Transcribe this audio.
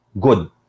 good